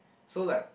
so like